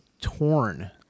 torn